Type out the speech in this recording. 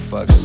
Fuck